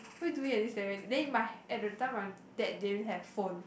why do it at this seven then might at the time right they didn't have phone